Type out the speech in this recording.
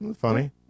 funny